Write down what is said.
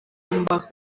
ugomba